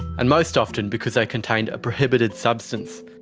and most often because they contained a prohibited substance.